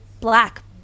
black